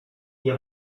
nie